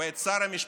ואת שר המשפטים: